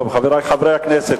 חברי חברי הכנסת,